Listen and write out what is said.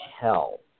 hell